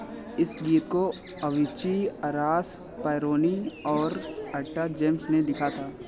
इस गीत को अवीची अराश पैरोनी और एट्टा जेम्स ने लिखा था